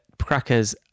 crackers